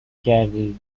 کردی